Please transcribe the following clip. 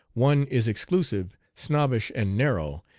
one is exclusive, snobbish, and narrow,